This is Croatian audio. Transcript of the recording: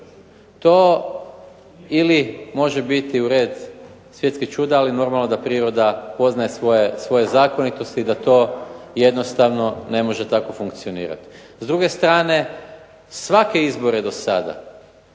To ili može biti u red svjetskih čuda, ali normalno da priroda poznaje svoje zakonitosti i da to jednostavno ne može tako funkcionirati. S druge strane, svake izbore do sada